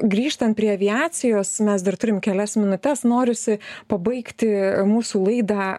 grįžtant prie aviacijos mes dar turim kelias minutes norisi pabaigti mūsų laidą